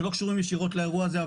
שלא קשורים ישירות לאירוע הזה.